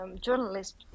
journalist